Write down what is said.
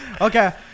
Okay